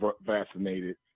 vaccinated